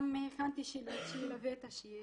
גם הכנתי שילוט שילווה את השיר.